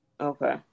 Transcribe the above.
Okay